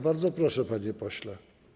Bardzo proszę, panie pośle.